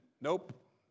nope